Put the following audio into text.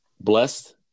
blessed